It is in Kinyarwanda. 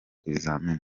ibizami